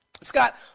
Scott